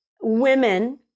women